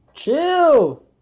Chill